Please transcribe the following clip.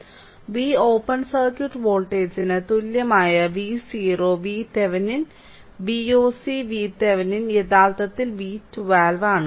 V open circuit വോൾട്ടേജിന് തുല്യമായ V o VThevenin Voc VThevenin യഥാർത്ഥത്തിൽ V 12